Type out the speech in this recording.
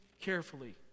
carefully